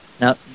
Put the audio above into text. Now